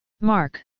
Mark